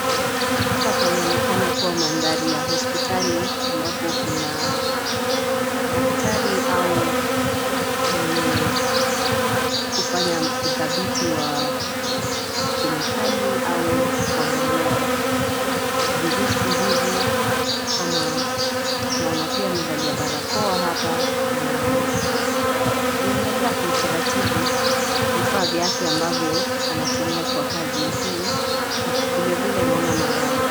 Hapa panaonekana kuwa mandhari ya hospitali ambapo kuna daktari au mwenye kufanya udhabiti wa kemikali au kuangalia virusi hivi. Ama naona pia amevalia barakoa hapa, anaviangalia kwa utaratibu vifaa vyake ambavyo anatumia kwa kazi hii na vile vile naona madawa.